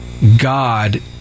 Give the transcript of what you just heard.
God